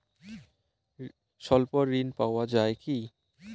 স্বল্প ঋণ পাওয়া য়ায় কি?